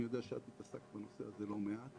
אני יודע שהתעסקת בנושא הזה לא מעט,